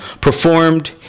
performed